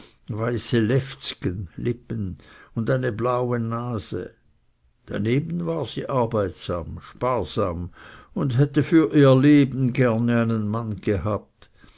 lefzgen und eine blaue nase daneben war sie arbeitsam sparsam und hätte für ihr leben gerne einen mann gehabt